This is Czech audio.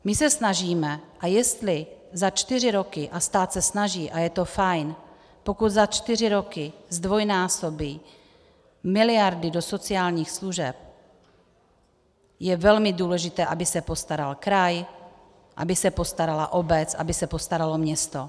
My se snažíme stát se snaží a je to fajn, pokud za čtyři roky zdvojnásobí miliardy do sociálních služeb, je velmi důležité, aby se postaral kraj, aby se postarala obec, aby se postaralo město.